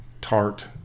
tart